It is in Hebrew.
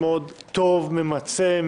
ממצה,